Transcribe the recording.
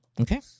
Okay